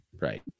right